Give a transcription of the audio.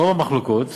רוב המחלוקות